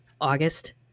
August